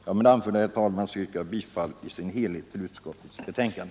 Herr talman! Med det anförda yrkar jag bifall till vad utskottet hemställt.